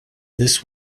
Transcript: this